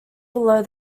below